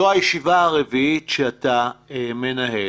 זאת הישיבה הרביעית שאתה מנהל,